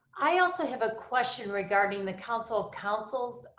i also have a question regarding the council of councils.